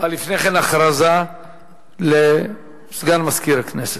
הכרזה לסגן מזכיר הכנסת.